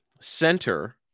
center